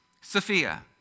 Sophia